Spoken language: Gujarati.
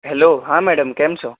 હેલો હા મેડમ કેમ છો